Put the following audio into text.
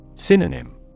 Synonym